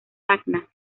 tacna